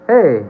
Hey